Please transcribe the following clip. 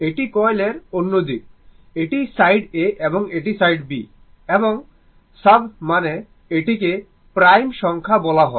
এটি কয়েল এর অন্য দিক এটি সাইড A এবং এটি সাইড B এবং সাব মানে এটিকে প্রাইম সংখ্যা বলা হয়